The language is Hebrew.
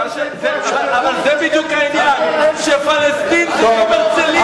זה בדיוק העניין, שפלסטין זה גם הרצלייה.